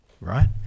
right